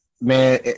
man